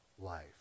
life